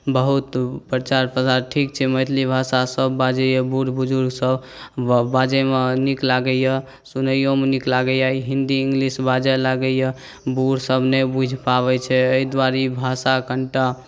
बहुत प्रचार प्रसार ठीक छै मैथिली भाषासभ बाजैए बूढ़ बुजुर्गसभ बाजैमे नीक लागैए सुनैयोमे नीक लागैए हिन्दी इंगलिश बाजय लागैए बूढ़सभ नहि बुझि पाबैत छै एहि दुआरे ई भाषा कनिटा